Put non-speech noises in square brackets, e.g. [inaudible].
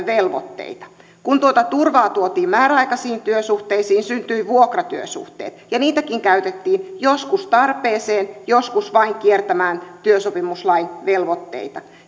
[unintelligible] velvoitteita kun tuota turvaa tuotiin määräaikaisiin työsuhteisiin syntyivät vuokratyösuhteet ja niitäkin käytettiin joskus tarpeeseen joskus vain kiertämään työsopimuslain velvoitteita